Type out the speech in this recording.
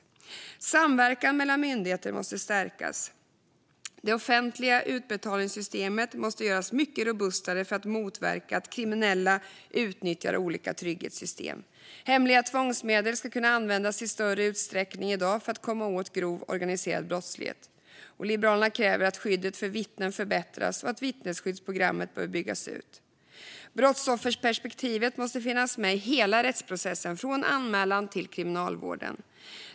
Samverkan mellan myndigheter måste stärkas. Det offentliga utbetalningssystemet måste göras mycket robustare för att motverka att kriminella utnyttjar olika trygghetssystem. Hemliga tvångsmedel ska kunna användas i större utsträckning än i dag för att komma åt grov organiserad brottslighet. Liberalerna kräver att skyddet för vittnen förbättras, och vittnesskyddsprogrammet bör byggas ut. Brottsofferperspektivet måste finnas med i hela rättsprocessen, från anmälan till kriminalvården.